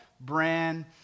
brand